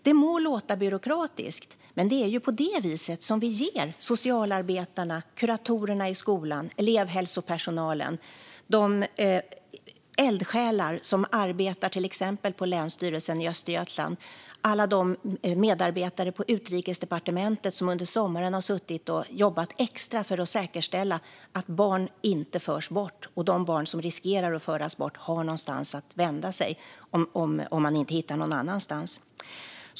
Detta må låta byråkratiskt, men det är på detta vis vi hjälper socialarbetare, kuratorer i skolorna, elevhälsopersonal, de eldsjälar som arbetar på till exempel Länsstyrelsen Östergötland och alla medarbetare på Utrikesdepartementet som under sommaren har jobbat extra för att säkerställa att barn inte ska föras bort och för att de barn som riskerar att föras bort ska ha någonstans att vända sig om de inte får hjälp någon annanstans.